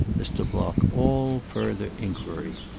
as to block all further inquiry.